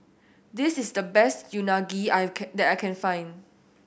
this is the best Unagi I can that I can find